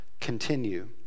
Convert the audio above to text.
continue